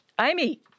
Amy